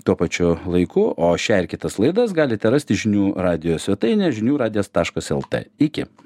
tuo pačiu laiku o šią ir kitas laidas galite rasti žinių radijo svetainė žinių radijas taškas lt iki